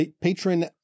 patron